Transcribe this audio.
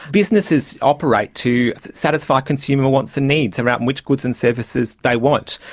businesses operate to satisfy consumer wants and needs around which goods and services they want.